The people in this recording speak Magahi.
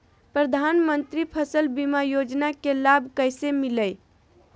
प्रधानमंत्री फसल बीमा योजना के लाभ कैसे लिये?